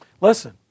Listen